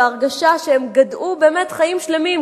בהרגשה שהם גדעו באמת חיים שלמים,